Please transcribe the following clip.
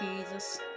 Jesus